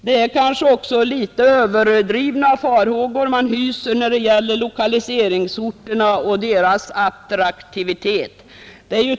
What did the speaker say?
Det är kanske också litet överdrivna farhågor man hyser för lokaliseringsorterna och deras attraktivitet.